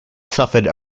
suffered